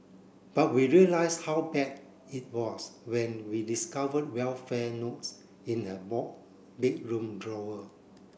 but we realise how bad it was when we discovered well fare notes in her bedroom drawer